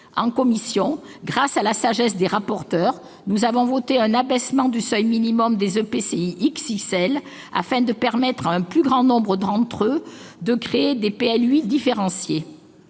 En commission, grâce à la sagesse des rapporteurs, nous avions voté un abaissement du seuil minimal de population des EPCI « XXL » afin de permettre à un plus grand nombre d'entre eux de créer des PLUI différenciés.